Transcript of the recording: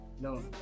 no